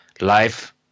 Life